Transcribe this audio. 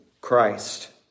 Christ